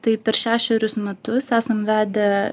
tai per šešerius metus esame vedę